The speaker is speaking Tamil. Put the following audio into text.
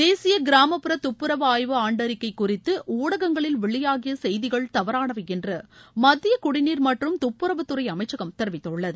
தேசிய கிராமப்புற துப்புரவு ஆய்வு ஆண்டறிக்கை குறித்து ஊடகங்களில் வெளியாகிய செய்திகள் தவறானவை என்று மத்திய குடிநீர் மற்றும் துப்புரவுத்துறை அமைச்சகம் தெரிவித்துள்ளது